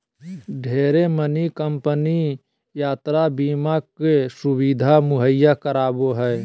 ढेरे मानी कम्पनी यात्रा बीमा के सुविधा मुहैया करावो हय